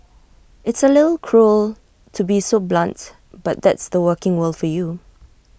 it's A little cruel to be so blunt but that's the working world for you